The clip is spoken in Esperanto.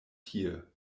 tie